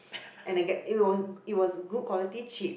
and again it was it was good quality cheap